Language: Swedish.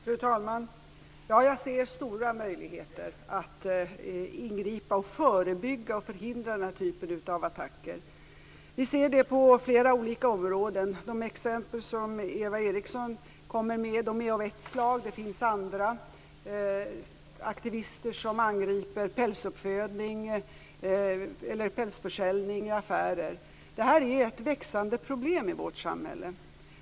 Fru talman! Ja, jag ser stora möjligheter att ingripa mot, förebygga och förhindra den här typen av attacker. Vi ser dem på flera olika områden. De exempel som Eva Eriksson tog upp är av ett slag. Det finns andra aktivister som angriper pälsuppfödning eller pälsförsäljning i affärer. Det här är ett växande problem i vårt samhälle.